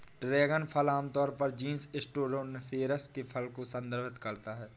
dragon फल आमतौर पर जीनस स्टेनोसेरेस के फल को संदर्भित करता है